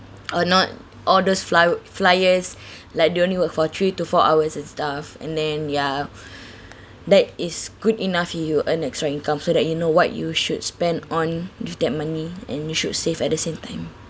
or not all those fly~ uh fliers like they only work for three to four hours and stuff and then ya that is good enough you you earn extra income so that you know what you should spend on with that money and you should save at the same time